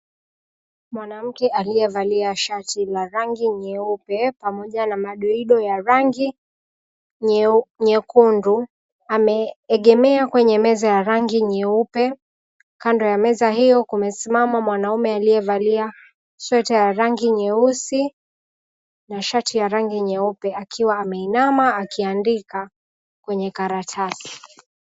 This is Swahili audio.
Mwanamke aliyevalia shati la rangi nyeupe, pamoja na madoido ya rangi nyekundu. Ameegemea kwenye meza ya rangi nyeupe, kando ya meza hiyo kumesimama mwanaume aliyevalia sweta ya rangi nyeusi na shati ya rangi nyeupe. Akiwa ameinama, akiandika kwenye karatasi.